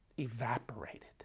evaporated